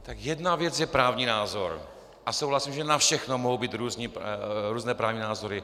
Tak jedna věc je právní názor a souhlasím, že na všechno mohou být různé právní názory.